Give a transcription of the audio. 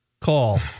call